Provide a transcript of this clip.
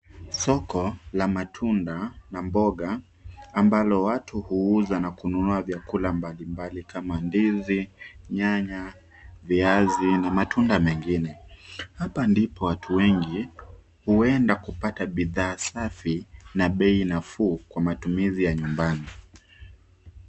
Soko la mboga na matunda ambalo watu huuza na kununua vyakula mbalimbali kama ndizi, nyanya, viazi na matunda mengine. Hapa ndipo watu wengi huenda kupata bidhaa safi na bei nafuu kwa matumizi ya nyumbani.